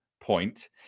point